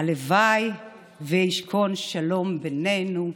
הלוואי שישכון שלום בינינו,